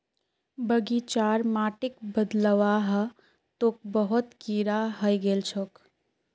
बगीचार माटिक बदलवा ह तोक बहुत कीरा हइ गेल छोक